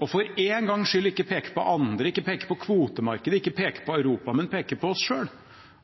og for en gangs skyld ikke peke på andre, ikke peke på kvotemarkedet, ikke peke på Europa, men peke på oss selv,